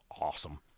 awesome